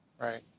Right